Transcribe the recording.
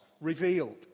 revealed